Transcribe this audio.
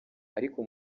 ariko